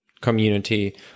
community